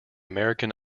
american